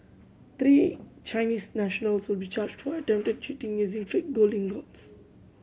three Chinese nationals will be charged for attempted cheating using fake gold ingots